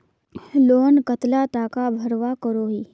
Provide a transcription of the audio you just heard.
Loan कतला टाका भरवा करोही?